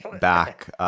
back